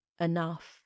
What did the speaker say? enough